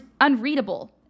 unreadable